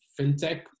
fintech